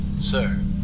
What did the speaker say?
Sir